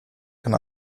kann